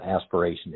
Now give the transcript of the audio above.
aspiration